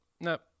nope